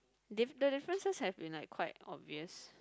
diff~ the differences have been like quite obvious